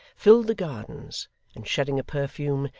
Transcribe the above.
filled the gardens and shedding a perfume,